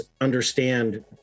understand